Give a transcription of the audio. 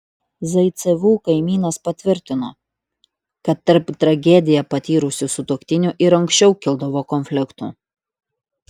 zaicevų kaimynas patvirtino kad tarp tragediją patyrusių sutuoktinių ir anksčiau kildavo konfliktų